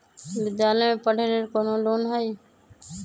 विद्यालय में पढ़े लेल कौनो लोन हई?